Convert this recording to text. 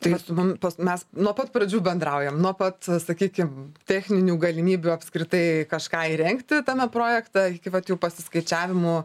tai su mum pas mes nuo pat pradžių bendraujam nuo pat sakykim techninių galimybių apskritai kažką įrengti tame projekte iki vat jau pasiskaičiavimų